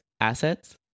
assets